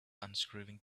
unscrewing